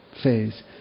phase